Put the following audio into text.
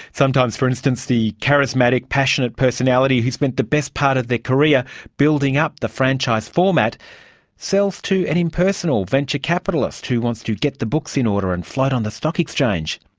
sometimes for instance the charismatic passionate personality who spent the best part of their career building up the franchise format sells to an impersonal venture capitalist who wants to get the books in order and float on the stock exchange.